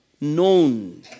known